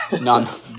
None